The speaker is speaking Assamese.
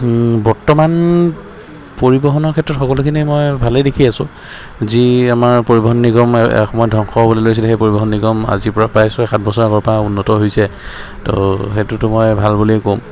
বৰ্তমান পৰিবহণৰ ক্ষেত্ৰত সকলোখিনি মই ভালেই দেখি আছোঁ যি আমাৰ পৰিবহণ নিগম এসময়ত ধ্বংস হ'বলৈ লৈছিলে সেই পৰিবহণ নিগম আজিৰ পৰা প্ৰায় ছয় সাত বছৰ আগৰ পৰা উন্নত হৈছে তো সেইটোতো মই ভাল বুলিয়েই ক'ম